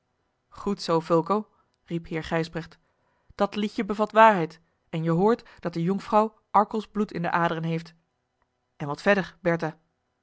goed zoo fulco riep heer gijsbrecht dat liedje bevat waarheid en je hoort dat de jonkvrouw arkelsch bloed in de aderen heeft en wat verder